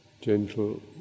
gentle